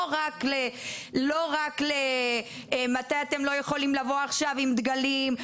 לא רק למתי אתם לא יכולים לבוא עכשיו עם דגלים,